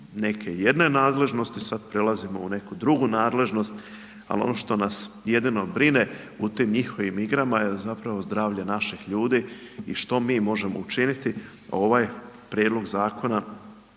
neke jedne nadležnosti, sada prelazimo u neku drugu nadležnost a ono što nas jedino brine u tim njihovim igrama je zapravo zdravlje naših ljudi i što mi možemo učiniti? Ovaj prijedlog zakona,